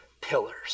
pillars